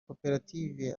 koperative